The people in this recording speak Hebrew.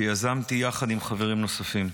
שיזמתי יחד עם חברים נוספים.